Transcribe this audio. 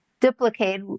duplicate